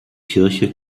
kirche